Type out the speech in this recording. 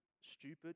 stupid